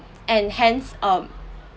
and hence um